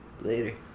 Later